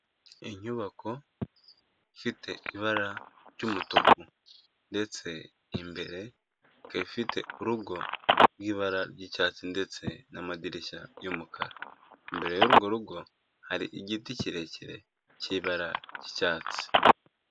Inyubako ifite ibara ry'umutuku ndetse imbere ikaba ifite urugo rw'ibara ry'icyatsi ndetse n'amadirishya y'umukara, imbere y'urwo rugo, hari igiti kirekire cy'ibara ry'icyatsi.